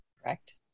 Correct